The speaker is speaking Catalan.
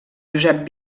josep